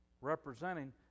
representing